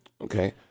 Okay